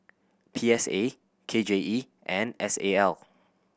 P S A K J E and S A L